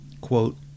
Quote